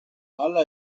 hala